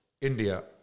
India